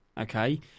okay